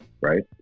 right